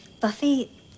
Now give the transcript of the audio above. Buffy